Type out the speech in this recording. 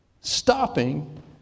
Stopping